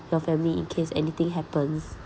your family in case anything happens